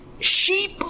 Sheep